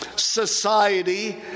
society